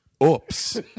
oops